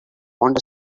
want